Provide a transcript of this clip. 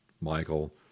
Michael